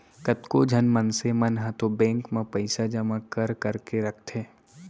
कतको झन मनसे मन ह तो बेंक म पइसा जमा कर करके रखथे